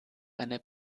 eine